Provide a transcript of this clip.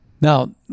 Now